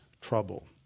trouble